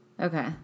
Okay